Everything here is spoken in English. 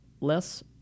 less